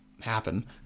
happen